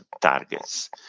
targets